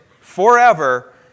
forever